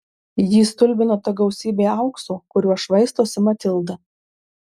jį stulbino ta gausybė aukso kuriuo švaistosi matilda